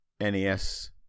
Nes